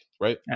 right